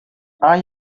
are